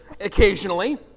occasionally